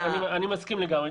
אני מסכים לגמרי.